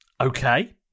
Okay